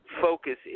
focus